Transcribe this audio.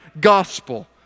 gospel